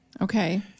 Okay